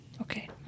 Okay